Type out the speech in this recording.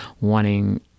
wanting